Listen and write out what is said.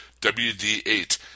WD8